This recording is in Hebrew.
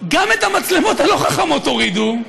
גם את המצלמות הלא-חכמות הורידו.